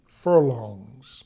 furlongs